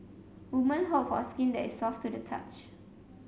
women hope for skin that is soft to the touch